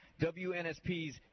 WNSP's